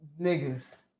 niggas